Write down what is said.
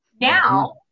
Now